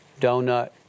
donut